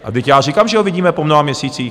Vždyť já říkám, že ho vidíme po mnoha měsících!